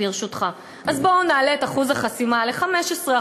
אז בואו נעלה את אחוז החסימה ל-15%,